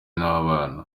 n’abana